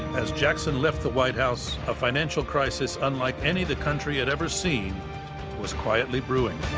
as jackson left the white house, a financial crisis unlike any the country had ever seen was quietly brewing.